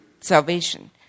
salvation